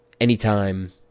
anytime